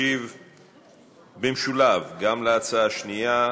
ישיב במשולב, גם על הצעה השנייה,